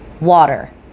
water